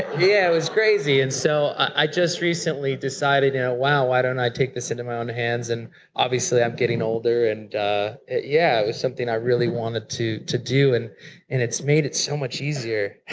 yeah, it was crazy. and so i just recently decided, you know, wow, why don't i take this into my own hands and obviously i'm getting older and yeah. it was something i really wanted to to do, and and it's made it so much easier.